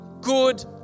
good